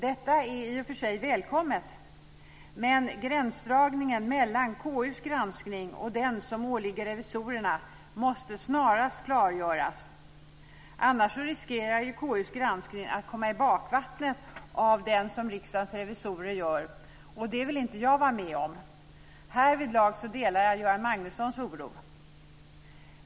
Detta är i och för sig välkommet, men gränsdragningen mellan KU:s granskning och den som åligger revisorerna måste snarast klargöras, annars riskerar KU:s granskning att komma i bakvattnet av den som Riksdagens revisorer gör, och det vill inte jag vara med om. Härvidlag delar jag Göran Magnussons oro.